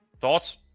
Thoughts